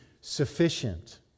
sufficient